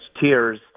tears